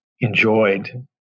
enjoyed